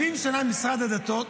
70 שנה משרד הדתות